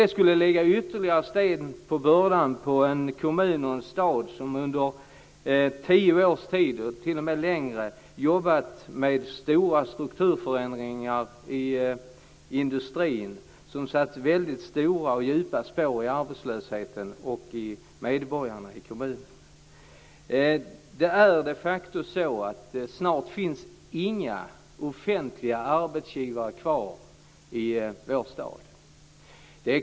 Detta skulle lägga ytterligare sten på börda för en stad som under minst tio år har varit utsatt för stora industriella strukturförändringar, något som har satt stora och djupa spår i arbetslösheten och bland invånarna i kommunen. Det finns de facto snart inga offentliga arbetsgivare kvar i vår stad.